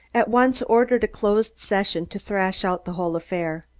at once ordered a closed session to thrash out the whole affair.